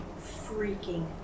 freaking